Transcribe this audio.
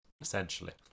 essentially